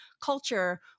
culture